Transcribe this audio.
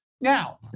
Now